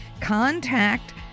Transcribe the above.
contact